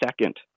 second